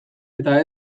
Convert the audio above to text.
eta